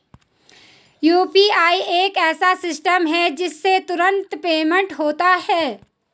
UPI एक ऐसा system है जिससे तुरंत पेमेंट होता है